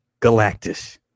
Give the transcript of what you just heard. Galactus